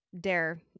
dare